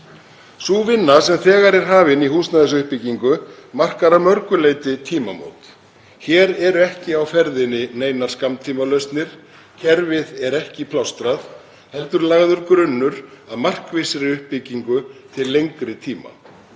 Sú vinna sem þegar er hafin í húsnæðisuppbyggingu markar að mörgu leyti tímamót. Hér eru ekki á ferðinni neinar skammtímalausnir. Kerfið er ekki plástrað heldur er lagður grunnur að markvissri uppbyggingu til lengri tíma.